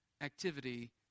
activity